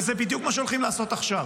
וזה בדיוק מה שהולכים לעשות עכשיו.